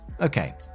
Okay